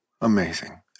Amazing